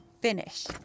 finish